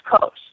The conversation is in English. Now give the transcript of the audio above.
Coast